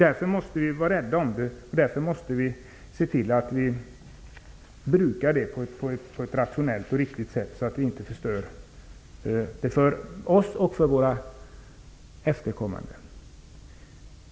Därför måste vi vara rädda om dem och se till att vi brukar dem på ett så rationellt och riktigt sätt att vi inte förstör dem för oss och för våra efterkommande.